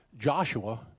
Joshua